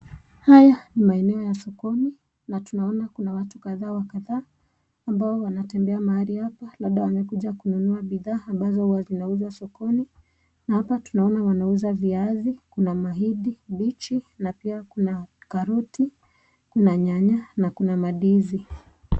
Haya ni maeneo ya sokoni na tunaona kuna watu kadhaa wa kadhaa ambao wanatembea mahali hapa labda wamekuja kununua bidhaa ambazo huwa zinauzwa sokoni na hapa tunaona wanauza viazi, kuna mahindi mbichi na pia kuna karoti, kuna nyanya na kuna mandizi.